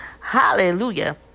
Hallelujah